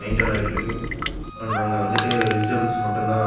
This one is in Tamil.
மெயின்டெயின் ஆயிட்டுருக்கு நாங்கள் வந்துவிட்டு வெஜிடேபிள்ஸ் மட்டும்தான்